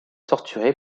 torturé